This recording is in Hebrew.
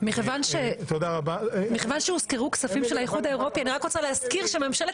מכיוון שהוזכרו כספים של האיחוד האירופי אני רק רוצה להזכיר שממשלת